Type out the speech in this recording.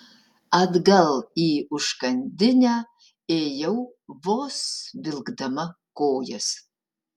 atgal į užkandinę ėjau vos vilkdama kojas